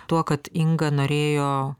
tuo kad inga norėjo